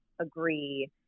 agree